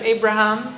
Abraham